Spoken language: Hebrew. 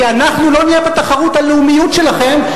כי אנחנו לא נהיה בתחרות הלאומיות שלכם,